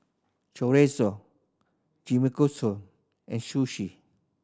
Chorizo and Sushi